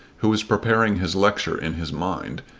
who was preparing his lecture in his mind,